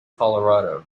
colorado